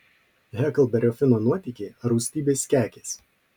heklberio fino nuotykiai ar rūstybės kekės